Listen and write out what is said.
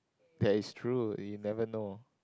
that is true you never know